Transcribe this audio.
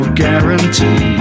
guarantee